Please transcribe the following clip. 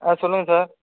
ஆ சொல்லுங்கள் சார்